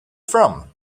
from